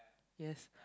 yes